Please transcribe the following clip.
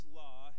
law